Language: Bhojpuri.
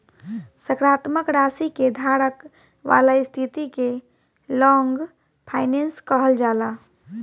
सकारात्मक राशि के धारक वाला स्थिति के लॉन्ग फाइनेंस कहल जाला